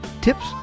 Tips